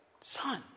son